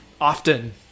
often